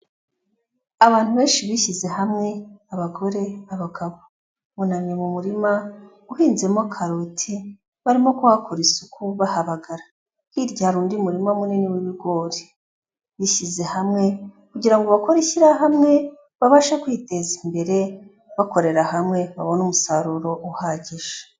Abantu benshi bishyize hamwe abagore, abagabo, bunamye mu muririma uhinzemo karoti barimo kuhakora isuku bahabagara, hiryara undi murima munini w'ibigori bishyize hamwe kugira ngo bakore ishyirahamwe babashe kwiteza imbere bakorera hamwe babone umusaruro uhagije.